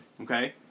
Okay